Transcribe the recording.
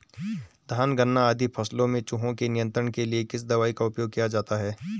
धान गन्ना आदि फसलों में चूहों के नियंत्रण के लिए किस दवाई का उपयोग किया जाता है?